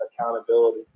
accountability